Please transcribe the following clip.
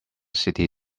city